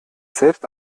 selbst